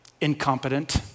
incompetent